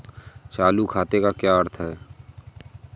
चालू खाते का क्या अर्थ है?